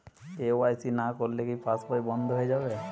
KYC না করলে কি পাশবই বন্ধ হয়ে যাবে?